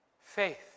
faith